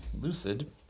Lucid